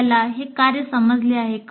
आपल्याला हे कार्य समजले आहे का